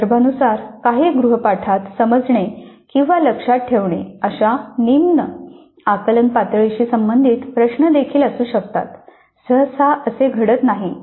संदर्भानुसार काही गृहपाठात समजणे किंवा लक्षात ठेवणे अशा निम्न आकलन पातळीशी संबंधित प्रश्न देखील असू शकतात सहसा असे घडत नाही